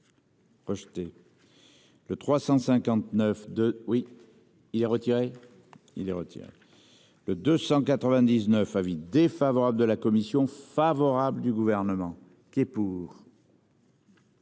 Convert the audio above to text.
Rejeté. Le 359 de oui. Il a retiré il les retient. Le 299 avis défavorable de la commission favorable du gouvernement. Qui est pour.